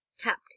tapped